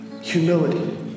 Humility